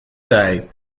day